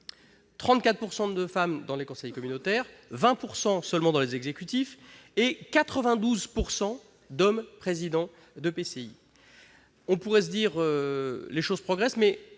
34 % de femmes dans les conseils communautaires, 20 % seulement dans les exécutifs et 92 % d'hommes présidents d'EPCI. On pourrait penser que les choses progressent.